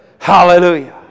Hallelujah